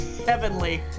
heavenly